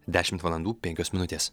dešimt valandų penkios minutės